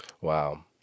Wow